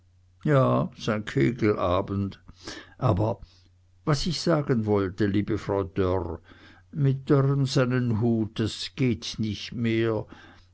ja sein kegelabend aber was ich sagen wollte liebe frau dörr mit dörren seinen hut das geht nicht mehr